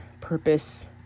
purpose